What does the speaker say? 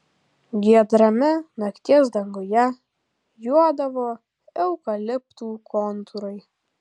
giedrame nakties danguje juodavo eukaliptų kontūrai